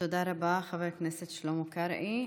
תודה רבה, חבר הכנסת שלמה קרעי.